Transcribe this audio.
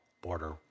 border